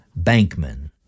Bankman